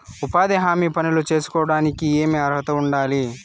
ఉపాధి హామీ పనులు సేసుకోవడానికి ఏమి అర్హత ఉండాలి?